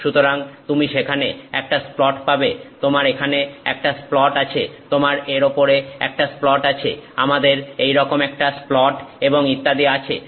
সুতরাং তুমি সেখানে একটা স্প্লট পাবে তোমার এখানে একটা স্প্লট আছে তোমার এর ওপরে একটা স্প্লট আছে আমাদের এই রকম একটা স্প্লট এবং ইত্যাদি আছে